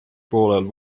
poolajal